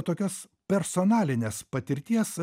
tokios personalinės patirties